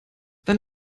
dann